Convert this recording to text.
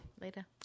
later